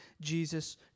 jesus